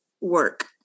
work